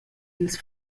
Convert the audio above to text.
dils